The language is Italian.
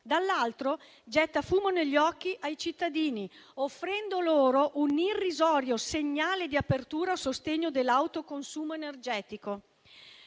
dall'altro, getta fumo negli occhi ai cittadini, offrendo loro un irrisorio segnale di apertura al sostegno dell'autoconsumo energetico.